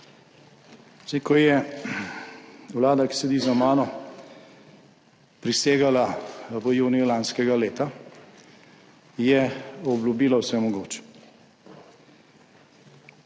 Ko je vlada, ki sedi za mano, prisegala v juniju lanskega leta, je obljubila vse mogoče.